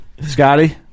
Scotty